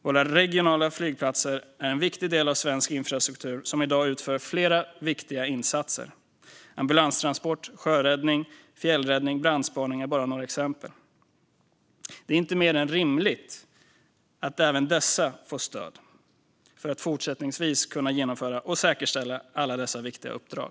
Våra regionala flygplatser är en viktig del av svensk infrastruktur som i dag utför flera viktiga insatser - ambulanstransport, sjöräddning, fjällräddning och brandspaning är bara några exempel. Det är inte mer än rimligt att även dessa får stöd för att fortsättningsvis kunna genomföra och säkerställa alla dessa viktiga uppdrag.